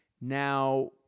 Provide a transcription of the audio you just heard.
Now